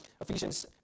Ephesians